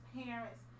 parents